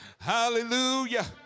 Hallelujah